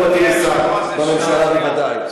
ולא מתאים לשר בממשלה בוודאי.